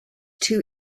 two